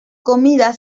comidas